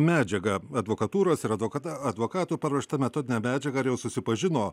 medžiaga advokatūros ir advokata advokatų paruošta metodine medžiaga ar jau susipažino